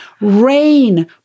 rain